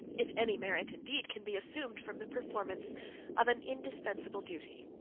if any merit, indeed, can be assumed from the performance of an indispensable duty.